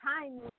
time